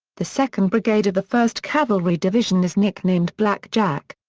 the second brigade of the first cavalry division is nicknamed black jack.